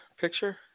picture